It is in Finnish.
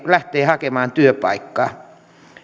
lähtee hakemaan työpaikkaa